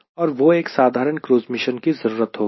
और वह एक साधारण क्रूज़ मिशन की जरूरत होगी